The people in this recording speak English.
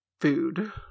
food